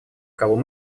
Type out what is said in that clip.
кого